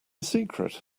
secret